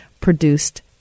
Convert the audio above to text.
produced